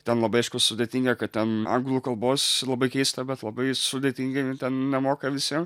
ten labai aišku sudėtinga kad ten anglų kalbos labai keista bet labai sudėtingai ten nemoka visi